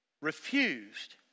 refused